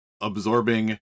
absorbing